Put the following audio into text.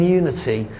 unity